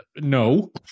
no